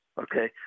Okay